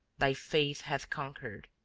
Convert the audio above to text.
thy faith hath conquered!